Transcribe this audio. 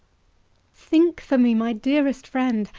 think for me, my dearest friend,